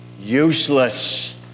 useless